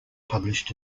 published